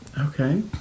Okay